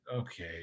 okay